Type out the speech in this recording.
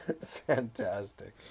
Fantastic